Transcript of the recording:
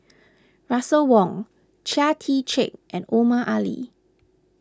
Russel Wong Chia Tee Chiak and Omar Ali